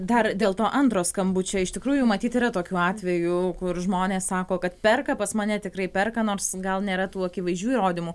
dar dėl to antro skambučio iš tikrųjų matyt yra tokių atvejų kur žmonės sako kad perka pas mane tikrai perka nors gal nėra tų akivaizdžių įrodymų